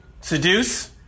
Seduce